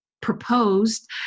proposed